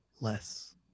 less